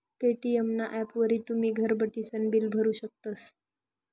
Paytm ना ॲपवरी तुमी घर बठीसन बिल भरू शकतस